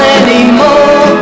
anymore